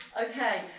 Okay